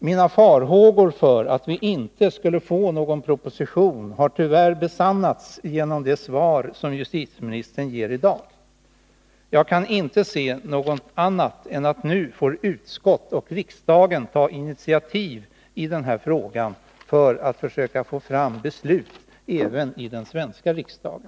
Mina farhågor för att vi inte skulle få någon proposition har tyvärr besannats genom det svar som justitieministern gav i dag. Jag kan inte se annat än att utskott och riksdag nu får ta initiativ i denna fråga för att försöka få fram beslut även i den svenska riksdagen.